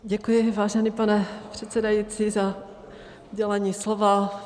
Děkuji, vážený pane předsedající, za udělení slova.